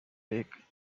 lake